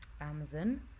amazon